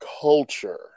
culture